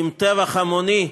בטבח המוני,